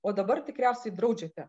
o dabar tikriausiai draudžiate